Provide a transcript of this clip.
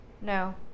No